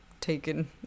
taken